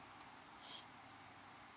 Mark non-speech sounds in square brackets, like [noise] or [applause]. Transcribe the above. [noise]